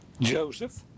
Joseph